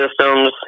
systems